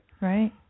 right